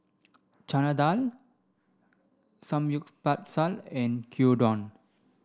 Chana Dal Samgyeopsal and Gyudon